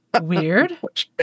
Weird